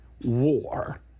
war